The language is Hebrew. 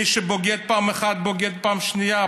מי שבוגד פעם אחת בוגד פעם שנייה.